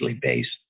based